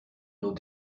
nos